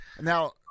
Now